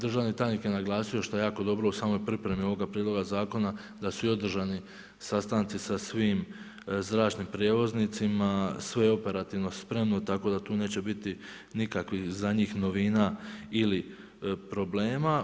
Državni tajnik je naglasio šta je jako dobro u samoj pripremi ovoga prijedloga zakona da su održani sastanci sa svim zračnim prijevoznicima, sve operativno spremno tako da tu neće biti nikakvih za njih novina ili problema.